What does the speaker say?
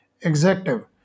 executive